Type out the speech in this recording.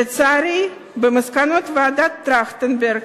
לצערי, במסקנות ועדת-טרכטנברג,